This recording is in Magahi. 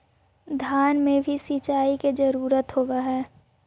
धान मे भी सिंचाई के जरूरत होब्हय?